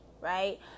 right